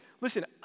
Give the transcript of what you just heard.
listen